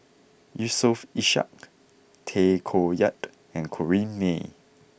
Yusof Ishak Tay Koh Yat and Corrinne May